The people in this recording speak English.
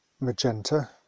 magenta